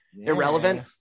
irrelevant